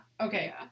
Okay